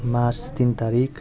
March तिन तारिक